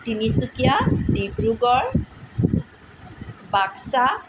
Tinsukia Dibrugarh Baksa